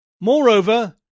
Moreover